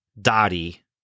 Dottie